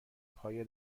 پایه